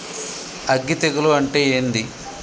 అగ్గి తెగులు అంటే ఏంది?